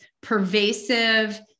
pervasive